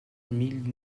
mille